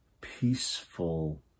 peaceful